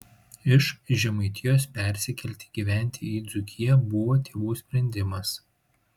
iš žemaitijos persikelti gyventi į dzūkiją buvo tėvų sprendimas